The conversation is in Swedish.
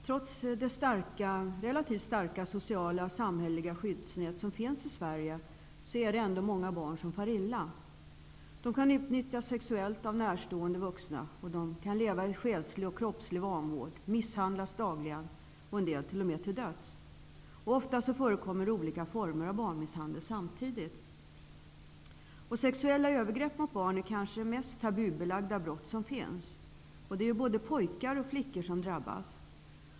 Fru talman! Trots det relativt starka sociala samhälleliga skyddsnät som finns i Sverige far ändå många barn illa. De kan utnyttjas sexuellt av närstående vuxna. De kan leva i själslig och kroppslig vanvård och misshandlas dagligen, en del t.o.m. till döds. Ofta förekommer olika former av barnmisshandel samtidigt. Sexuella övergrepp mot barn är kanske det mest tabubelagda brott som finns. Både pojkar och flickor drabbas.